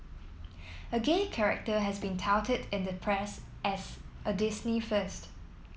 a gay character has been touted in the press as a Disney first